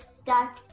stuck